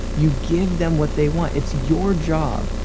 you give them what they want. it's your job.